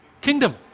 kingdom